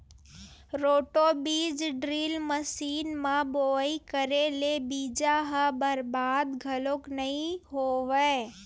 roto बीज drill machine म बोवई करे ले बीजा ह बरबाद घलोक नइ होवय